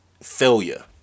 failure